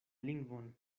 lingvon